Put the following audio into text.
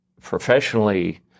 professionally